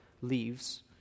leaves